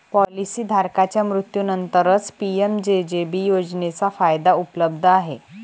policy धारकाच्या मृत्यूनंतरच PMJJB योजनेचा फायदा उपलब्ध आहे